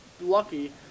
lucky